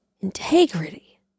Integrity